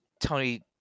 Tony